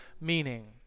meaning